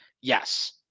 Yes